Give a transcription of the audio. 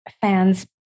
fans